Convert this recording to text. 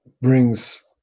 brings